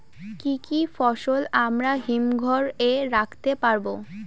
কি কি ফসল আমরা হিমঘর এ রাখতে পারব?